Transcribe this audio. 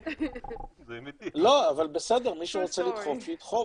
אבל בסדר, מי שרוצה לדחוף, שידחוף.